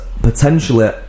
potentially